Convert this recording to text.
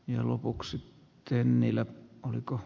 ihan lopuksi hemmilä oliko